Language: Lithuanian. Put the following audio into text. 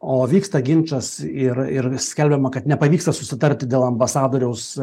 o vyksta ginčas ir ir skelbiama kad nepavyksta susitarti dėl ambasadoriaus